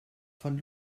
von